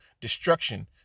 destruction